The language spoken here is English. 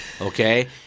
Okay